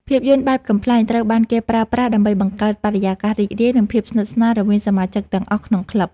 ភាពយន្តបែបកំប្លែង ត្រូវបានគេប្រើប្រាស់ដើម្បីបង្កើតបរិយាកាសរីករាយ និងភាពស្និទ្ធស្នាលរវាងសមាជិកទាំងអស់ក្នុងក្លឹប។